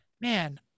man